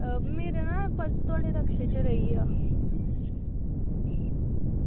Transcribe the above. मेरा ना पर्स थुआढ़े रिक्शे च रेही गेआ